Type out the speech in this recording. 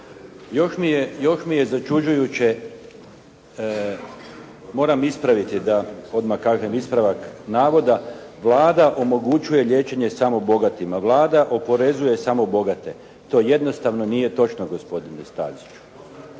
Još mi je začuđujuće moram ispraviti da, odmah kažem ispravak navoda, Vlada omogućuje liječenje samo bogatima, Vlada oporezuje samo bogate. To jednostavno nije točno gospodine Staziću.